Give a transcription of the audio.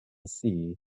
see